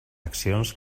accions